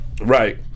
Right